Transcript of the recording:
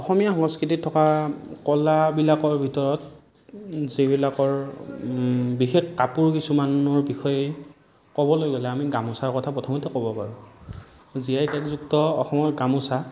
অসমীয়া সংস্কৃতিত থকা কলাবিলাকৰ ভিতৰত যিবিলাকৰ বিশেষ কাপোৰ কিছুমানৰ বিষয়ে ক'বলৈ গ'লে আমি গামোচাৰ কথা প্ৰথমতেই ক'ব পাৰোঁ জিআই টেগযুক্ত অসমৰ গামোচা